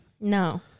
No